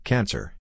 Cancer